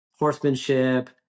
horsemanship